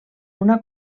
una